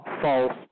false